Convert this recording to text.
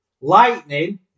Lightning